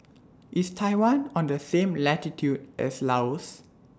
IS Taiwan on The same latitude as Laos